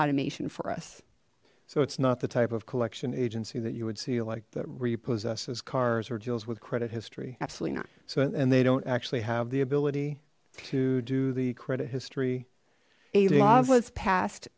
automation for us so it's not the type of collection agency that you would see like that repossess his cars or deals with credit history absolutely not so and they don't actually have the ability to do the credit history a law was passed